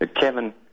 Kevin